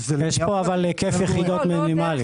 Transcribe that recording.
יש כאן היקף יחידות מינימלי.